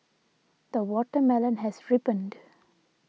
the watermelon has ripened